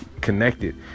connected